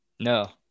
No